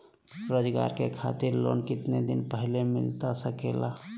रोजगार खातिर लोन कितने दिन पहले मिलता सके ला?